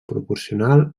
proporcional